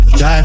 die